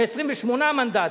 מ-28 מנדטים,